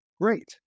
Great